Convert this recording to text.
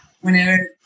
whenever